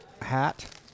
hat